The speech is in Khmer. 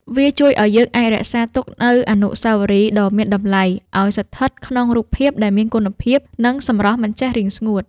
វាជួយឱ្យយើងអាចរក្សាទុកនូវអនុស្សាវរីយ៍ដ៏មានតម្លៃឱ្យស្ថិតក្នុងរូបភាពដែលមានគុណភាព និងសម្រស់មិនចេះរីងស្ងួត។